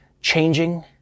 changing